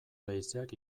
leizeak